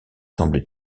semble